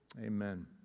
Amen